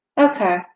Okay